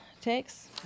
takes